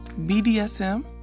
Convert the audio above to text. BDSM